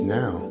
now